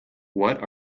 what